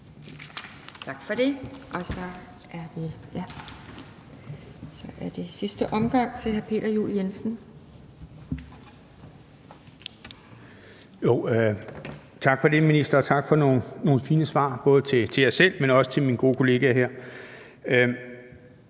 Tak for det. Så er det sidste omgang til hr. Peter Juel-Jensen. Kl. 18:48 Peter Juel-Jensen (V): Tak for nogle fine svar, både til mig selv, men også til min gode kollega her.